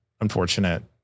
unfortunate